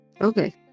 Okay